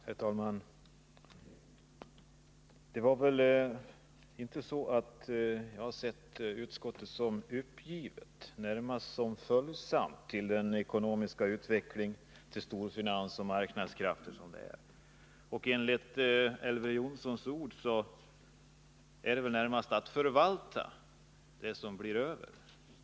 Herr talman! Det var väl inte så att jag har sett utskottet som uppgivet utan närmast som följsamt till den ekonomiska utvecklingen, till storfinansen och marknadskrafterna. Enligt Elver Jonsson skall utskottet förvalta det som blir över.